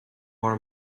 more